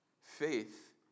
Faith